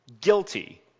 guilty